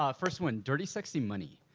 ah first one. dirty sexy money.